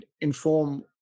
inform